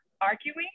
arguing